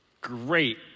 great